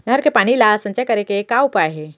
नहर के पानी ला संचय करे के का उपाय हे?